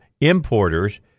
importers